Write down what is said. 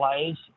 players